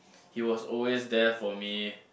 he was always there for me